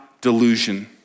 Delusion